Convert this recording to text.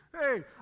Hey